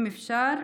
אם אפשר,